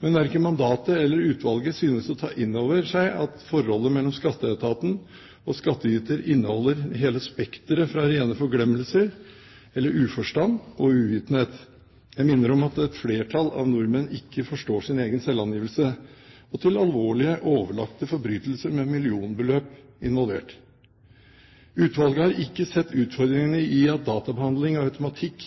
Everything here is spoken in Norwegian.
Men verken mandatet eller utvalget synes å ta inn over seg at forholdet mellom Skatteetaten og skattyter inneholder hele spekteret fra rene forglemmelser eller utforstand og uvitenhet – jeg minner om at et flertall nordmenn ikke forstår sin egen selvangivelse – til alvorlige, overlagte forbrytelser med millionbeløp involvert. Utvalget har ikke sett utfordringene i at databehandling og automatikk